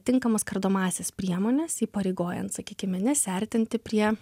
tinkamas kardomąsias priemones įpareigojant sakykime nesiartinti prie